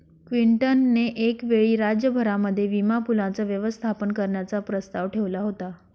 Clinton ने एक वेळी राज्य भरामध्ये विमा पूलाचं व्यवस्थापन करण्याचा प्रस्ताव ठेवला होता